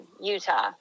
utah